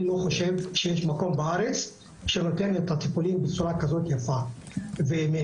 לא חושב שיש מקום בארץ שנותן את הטיפולים בצורה כזאת יפה ומהירה.